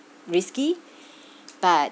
risky but